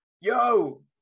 yo